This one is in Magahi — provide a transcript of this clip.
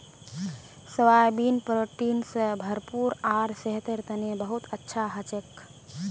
सोयाबीन प्रोटीन स भरपूर आर सेहतेर तने बहुत अच्छा हछेक